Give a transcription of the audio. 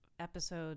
episode